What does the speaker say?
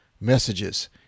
messages